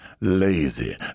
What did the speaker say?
Lazy